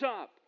up